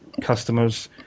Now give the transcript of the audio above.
customers